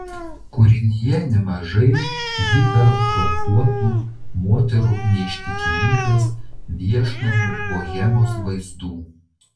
kūrinyje nemažai hipertrofuotų moterų neištikimybės viešnamių bohemos vaizdų